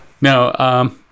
Now